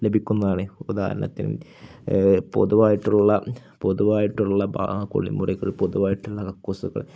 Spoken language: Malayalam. ലഭിക്കുന്നതാണ് ഉദാഹരണത്തിന് പൊതുവായിട്ടുള്ള പൊതുവായിട്ടുള്ള കുളിമുറികൾ പൊതുവായിട്ടുള്ള കക്കൂസുകൾ